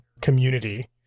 community